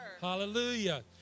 Hallelujah